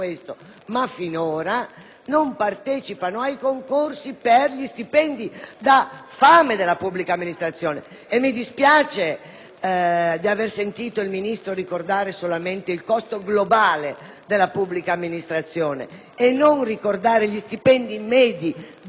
non partecipano ai concorsi per gli stipendi da fame della pubblica amministrazione. Mi spiace aver sentito il Ministro ricordare soltanto il costo globale della pubblica amministrazione e non anche gli stipendi medi dei suoi dipendenti. Allora, se vogliamo